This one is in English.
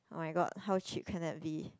[oh]-my-god how cheap can that be